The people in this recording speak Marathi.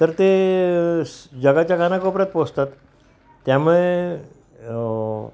तर तर ते जगाच्या घाना कपरत पोचतात त्यामुळे